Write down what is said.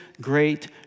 great